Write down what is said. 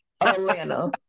atlanta